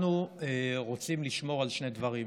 אנחנו רוצים לשמור על שני דברים: